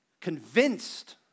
convinced